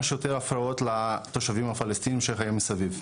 שיותר הפרעות לתושבים הפלסטינים שהיו מסביב,